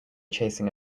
chasing